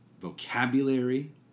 vocabulary